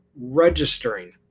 registering